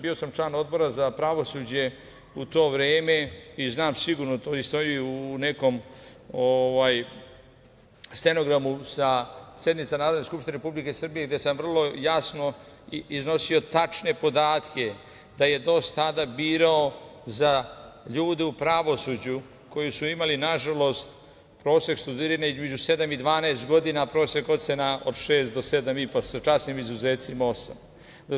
Bio sam član Odbora za pravosuđe u to vreme i znam sigurno tu istoriju u nekom stenogramu sa sednica Narodne skupštine Republike Srbije gde sam vrlo jasno iznosio tačne podatke da je DOS tada birao za ljude u pravosuđu, koji su imali nažalost, prosek studiranja između sedam i 12 godina, prosek ocena od šest do sedam i po, sa časnim izuzecima osam.